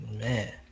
Man